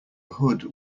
hood